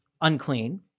unclean